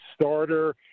starter